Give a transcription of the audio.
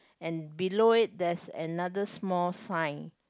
and below it there's another small sign